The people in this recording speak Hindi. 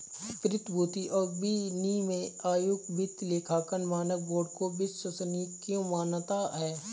प्रतिभूति और विनिमय आयोग वित्तीय लेखांकन मानक बोर्ड को विश्वसनीय क्यों मानता है?